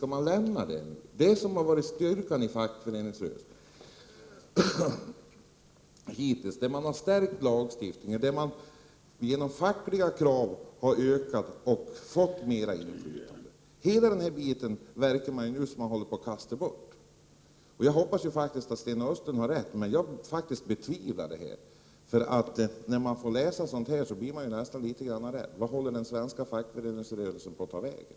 Kollektivet har hittills varit styrkan i fackföreningsrörelsen. Den har stärkt lagstiftningen och genom fackliga krav har vi fått mera inflytande. Det verkar som om man nu skall kasta bort den delen. Jag hoppas att Sten Östlund har rätt, men jag betvivlar det. När man får läsa sådant här blir man faktiskt litet rädd. Vart håller den svenska fackföreningsrörelsen på att ta vägen?